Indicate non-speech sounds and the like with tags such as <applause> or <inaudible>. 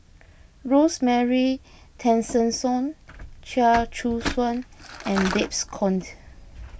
Rosemary Tessensohn <noise> Chia Choo Suan and Babes Conde